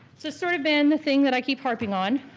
so sort of been the thing that i keep harping on.